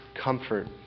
comfort